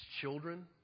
children